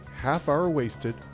halfhourwasted